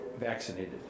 vaccinated